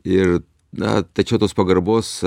ir na tačiau tos pagarbos